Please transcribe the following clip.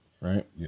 right